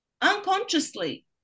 Unconsciously